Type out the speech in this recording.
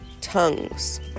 tongues